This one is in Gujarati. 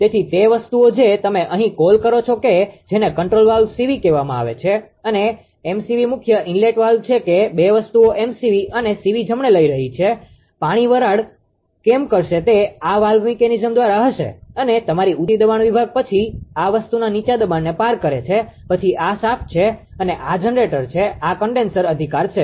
તેથી તે વસ્તુઓ જે તમે અહીં કોલ કરો છો કે જેને કન્ટ્રોલ વાલ્વ સીવી કહેવામાં આવે છે અને એમએસવી મુખ્ય ઇનલેટ સ્ટોપ વાલ્વ છે કે 2 વસ્તુઓ એમએસવી અને સીવી જમણે લઈ રહી છે પાણી કેમ વરાળ કરશે તે આ વાલ્વ મિકેનિઝમ દ્વારા હશે અને તમારી ઉંચી દબાણ વિભાગ પછી આ વસ્તુના નીચા દબાણને પાર કરે છે પછી આ શાફ્ટ છે અને આ જનરેટર છે આ કન્ડેન્સર અધિકાર છે